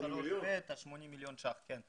ה-80 מיליון שקלים.